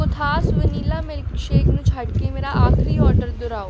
ਕੋਥਾਸ vanilla milkshake ਨੂੰ ਛੱਡ ਕੇ ਮੇਰਾ ਆਖਰੀ ਔਡਰ ਦੁਹਰਾਓ